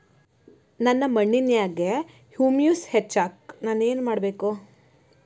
ನನ್ನ ಮಣ್ಣಿನ್ಯಾಗ್ ಹುಮ್ಯೂಸ್ ಹೆಚ್ಚಾಕ್ ನಾನ್ ಏನು ಮಾಡ್ಬೇಕ್?